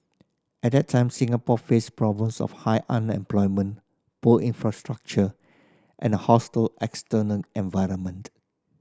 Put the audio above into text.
at that time Singapore faced problems of high unemployment poor infrastructure and a hostile external environment